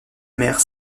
mère